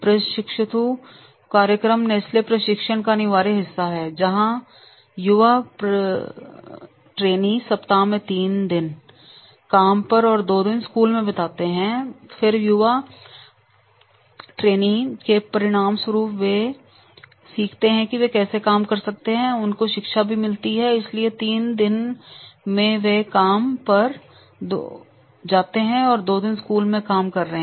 प्रशिक्षुता कार्यक्रम नेस्ले प्रशिक्षण का एक अनिवार्य हिस्सा रहा है जहां युवा प्रशिक्षु सप्ताह में तीन दिन काम पर और दो दिन स्कूल में बिताते हैं और फिर युवा प्रशिक्षुओं के परिणामस्वरूप वे सीखते हैं कि वे कैसे काम कर सकते हैं और आगे उनको शिक्षा भी मिलती है इसलिए तीन दिन वे काम पर और दो दिन स्कूल में काम कर रहे हैं